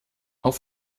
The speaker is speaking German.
auf